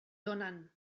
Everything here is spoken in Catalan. donen